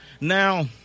Now